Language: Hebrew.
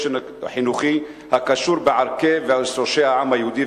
חינוכי הקשור בערכי ושורשי העם היהודי,